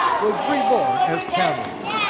was reborn as tammuz.